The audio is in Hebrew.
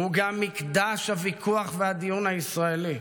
הוא גם מקדש הוויכוח והדיון הישראלי,